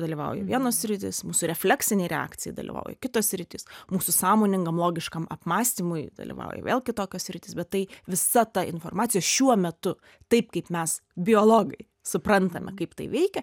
dalyvauja vienos sritys mūsų refleksinei reakcijai dalyvauja kitos sritys mūsų sąmoningam logiškam apmąstymui dalyvauja vėl kitokia sritis bet tai visa ta informacija šiuo metu taip kaip mes biologai suprantame kaip tai veikia